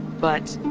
but,